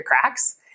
cracks